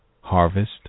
harvest